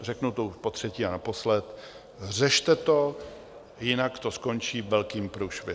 Řeknu to potřetí a naposled: řešte to, jinak to skončí velkým průšvihem.